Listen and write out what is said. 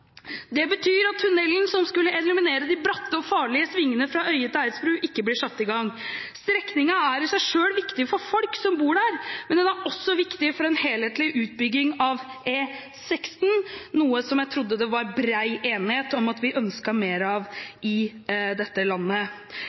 Det betyr at tunellen som skulle eliminere de bratte og farlige svingene fra Øye til Eidsbru, ikke blir satt i gang. Strekningen er i seg selv viktig for folk som bor der, men den er også viktig for en helhetlig utbygging av E16, noe jeg trodde det var bred enighet om at vi ønsket mer av i dette landet.